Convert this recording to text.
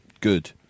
good